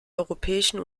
europäischen